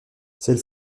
celle